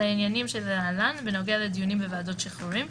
על העניינים שלהלן בנוגע לדיונים בוועדות השחרורים,